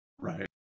Right